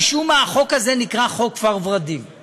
משום מה החוק הזה נקרא "חוק כפר ורדים";